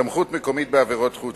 סמכות מקומית בעבירות חוץ,